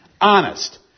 Honest